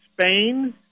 Spain